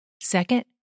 Second